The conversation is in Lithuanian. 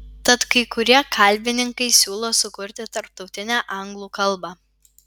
tad kai kurie kalbininkai siūlo sukurti tarptautinę anglų kalbą